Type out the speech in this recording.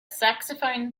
saxophone